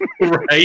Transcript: Right